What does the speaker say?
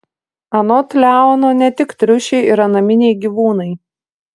anot leono ne tik triušiai yra naminiai gyvūnai